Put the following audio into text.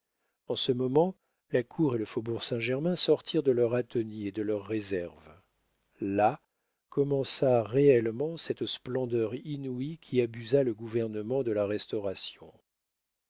en ce moment la cour et le faubourg saint-germain sortirent de leur atonie et de leur réserve là commença réellement cette splendeur inouïe qui abusa le gouvernement de la restauration